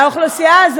האוכלוסייה, את צודקת.